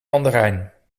mandarijn